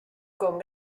con